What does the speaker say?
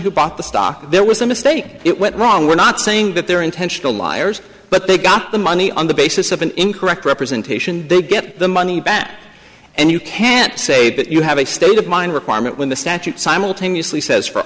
who bought the stock there was a mistake it went wrong we're not saying that there intentional liars but they got the money on the basis of an incorrect representation they get the money back and you can't say but you have a state of mind requirement when the statute simultaneously says for